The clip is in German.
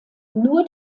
nur